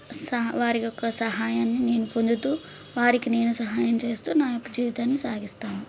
సా వారి యొక్క సహాయాన్ని నేను పొందుతు వారికి నేను సహాయం చేస్తు నా యొక్క జీవితాన్ని సాగిస్తాను